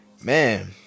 man